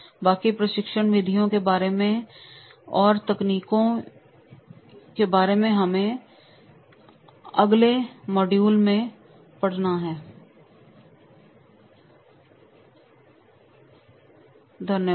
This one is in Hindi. बाकी प्रशिक्षण विधियों के बारे में और तकनीकों के बारे में हम अगले मॉड्यूल में वार्तालाप करेंगे धन्यवाद